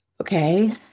Okay